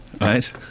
right